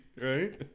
Right